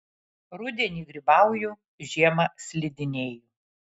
rudenį grybauju žiemą slidinėju